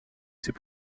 ces